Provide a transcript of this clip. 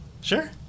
Sure